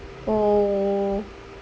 oh